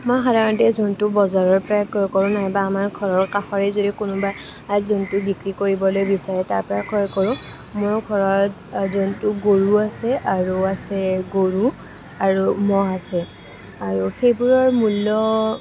মই সাধাৰণতে জন্তু বজাৰৰ পৰা ক্ৰয় কৰোঁ নাইবা আমাৰ ঘৰৰ কাষৰে যদি কোনোবা জন্তু বিক্ৰী কৰিবলৈ বিচাৰে তাৰ পৰাই ক্ৰয় কৰোঁ মোৰ ঘৰত জন্তু গৰু আছে আৰু আছে গৰু আৰু ম'হ আছে আৰু সেইবোৰৰ মূল্য